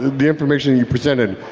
the information you presented,